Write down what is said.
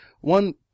one